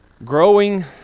Growing